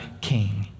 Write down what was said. king